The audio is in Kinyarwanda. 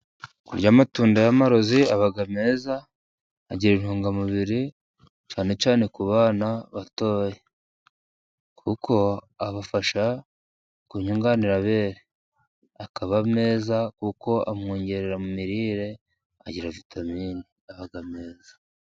Kurya amatunda y'amaroze aba meza，agira intungamubiri， cyane cyane ku bana batoya. Kuko abafasha kunyunganirabere， akaba meza， kuko amwongerera mu mirire， agira vitamine， aba meza.